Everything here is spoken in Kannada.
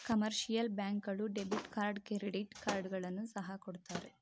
ಕಮರ್ಷಿಯಲ್ ಬ್ಯಾಂಕ್ ಗಳು ಡೆಬಿಟ್ ಕಾರ್ಡ್ ಕ್ರೆಡಿಟ್ ಕಾರ್ಡ್ಗಳನ್ನು ಸಹ ಕೊಡುತ್ತೆ